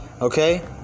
Okay